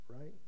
Right